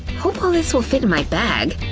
hope all this will fit in my bag!